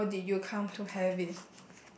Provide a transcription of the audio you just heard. and how did you come to have it